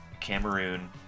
Cameroon